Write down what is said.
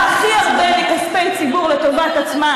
חבר הכנסת חזן, אני קורא אותך לסדר פעם שנייה.